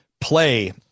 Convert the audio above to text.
play